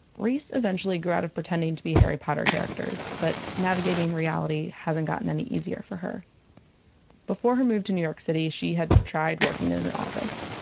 reese eventually grew out of pretending to be harry potter characters, but navigating reality hasn't gotten easier for her before her move to new york city, she had tried working in an office.